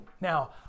Now